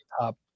top